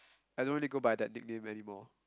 I don't really go by that nickname anymore